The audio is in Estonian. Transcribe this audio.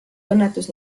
õnnetus